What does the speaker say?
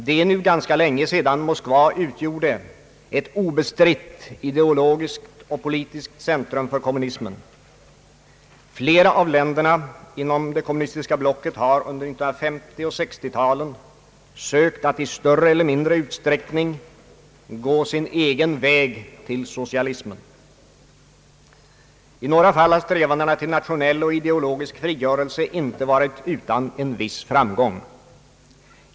Det är nu ganska länge sedan Moskva utgjorde ett obestritt ideologiskt och politiskt centrum för kommunismen. Flera av länderna inom det kommunistiska blocket har under 1950 och 1960-talen sökt att i större eller mindre utsträckning »gå sin egen väg till socialismen». I några fall har strävandena till nationell och ideologisk frigörelse inte varit utan en viss framgång.